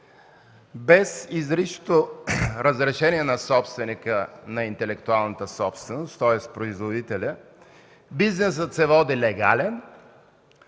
без изричното разрешение на собственика на интелектуалната собственост, тоест на производителя. Бизнесът се води легален,